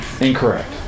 Incorrect